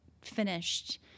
finished